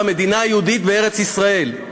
במדינה היהודית בארץ-ישראל.